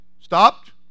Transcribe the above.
stopped